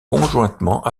conjointement